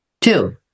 Two